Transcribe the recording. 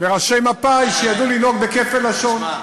לראשי מפא"י, שידעו לנהוג בכפל לשון.